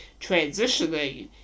transitioning